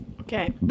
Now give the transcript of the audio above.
Okay